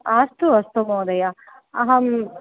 आस्तु अस्तु महोदय अहं